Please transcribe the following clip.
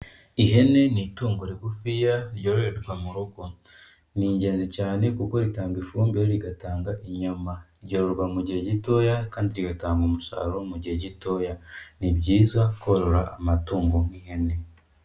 Ihene ni itungo rigufiya ryororerwa mu rugo. Ni ingenzi cyane kuko ritanga ifumbire, rigatanga inyama, ryororwa mu gihe gitoya kandi rigatanga umusaruro mu gihe gitoya, ni byiza korora amatungo nk'ihene.